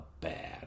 bad